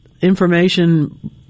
information